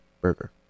burger